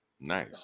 nice